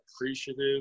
appreciative